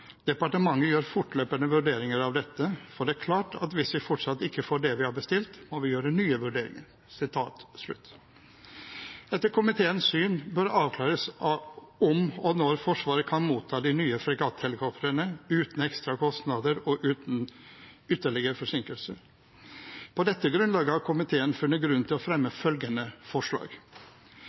departementet «gjør fortløpende vurderinger av dette, for det er klart at hvis vi fortsatt ikke får det vi har bestilt, må vi gjøre nye vurderinger». Etter komiteens syn bør det avklares om og når Forsvaret kan motta de nye fregatthelikoptrene uten ekstra kostnader og uten ytterligere forsinkelser. På dette grunnlag har komiteen funnet grunn til å fremme følgende forslag